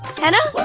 henna